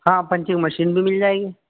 ہاں punching machine بھی مل جائے گی